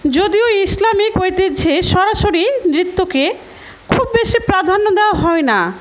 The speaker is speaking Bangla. যদিও ইসলামিক ঐতিহ্যে সরাসরি নৃত্যকে খুব বেশি প্রাধান্য দেওয়া হয় না